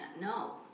No